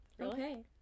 Okay